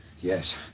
Yes